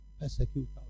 Persecutor